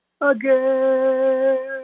again